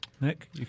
Nick